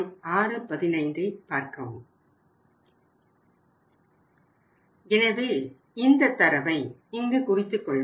எனவே இந்த தரவை இங்கு குறித்துக் கொள்வோம்